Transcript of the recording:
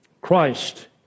Christ